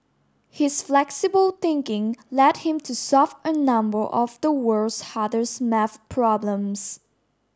his flexible thinking led him to solve a number of the world's hardest maths problems